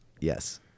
Yes